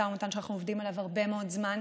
משא ומתן שאנחנו עובדים עליו הרבה מאוד זמן,